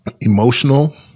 Emotional